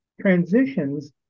transitions